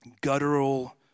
guttural